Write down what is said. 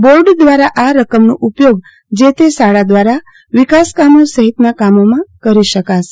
board દ્વારા આ રકમનો ઉપયોગ જે તે શાળા દ્વારા વિકાસકામો સહિતના કામોમાં કરી શકાશે